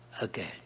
again